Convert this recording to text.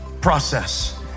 process